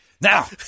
Now